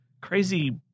crazy